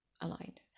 aligned